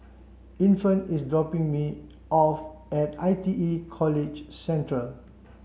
Infant is dropping me off at I T E College Central